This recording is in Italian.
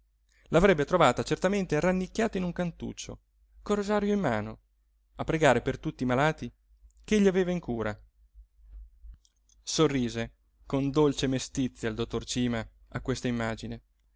l'avrebbe trovata certamente rannicchiata in un cantuccio col rosario in mano a pregare per tutti i malati ch'egli aveva in cura sorrise con dolce mestizia il dottor cima a questa immagine